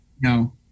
No